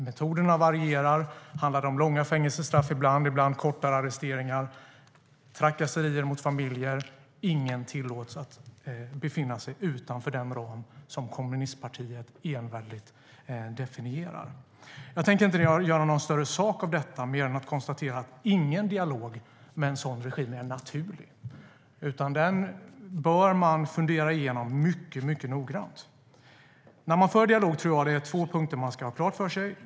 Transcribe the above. Metoderna varierar; ibland handlar det om långa fängelsestraff, ibland om kortare arresteringar och trakasserier mot familjer. Ingen tillåts att befinna sig utanför den ram som kommunistpartiet enväldigt definierar. Jag tänker inte göra någon större sak av detta mer än att konstatera att ingen dialog med en sådan regim är naturlig. Den bör man fundera igenom mycket noggrant. När man för en dialog är det två punkter man ska ha klart för sig.